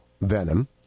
venom